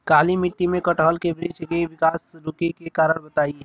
काली मिट्टी में कटहल के बृच्छ के विकास रुके के कारण बताई?